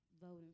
voting